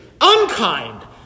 Unkind